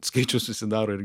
skaičius susidaro ir